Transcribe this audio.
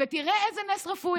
תראה איזה נס רפואי.